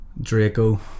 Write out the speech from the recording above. Draco